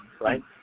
Right